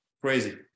Crazy